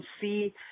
see